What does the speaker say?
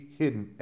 hidden